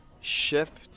shift